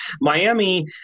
Miami